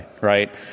Right